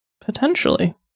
potentially